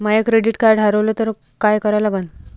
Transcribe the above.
माय credit card हारवलं तर काय करा लागन?